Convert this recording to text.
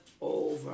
over